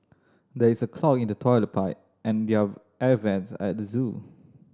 there is a clog in the toilet pipe and their air vents at the zoo